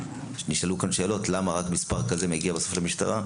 נשאלו כאן שאלות למה רק מספר כזה מגיע למשטרה,